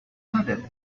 sudden